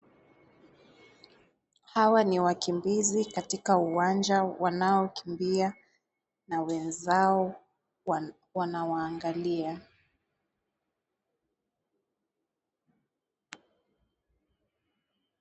Hawa ni wakimbizi katika uwanja wanaokimbia na wenzao wanawaangalia.